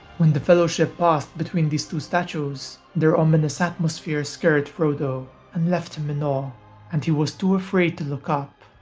when the fellowship passed between these two statues, their ominious atmosphere scared frodo and left um and um and he was too afraid to look up.